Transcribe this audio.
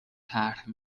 طرح